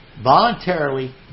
voluntarily